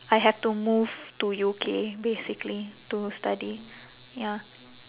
I have to move to U_K basically to study ya